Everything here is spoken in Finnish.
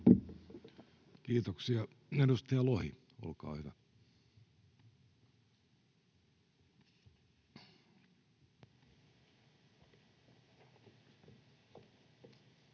Kiitoksia. — Edustaja Lohi, olkaa hyvä.